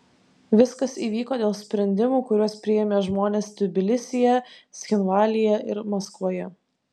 viskas įvyko dėl sprendimų kuriuos priėmė žmonės tbilisyje cchinvalyje ir maskvoje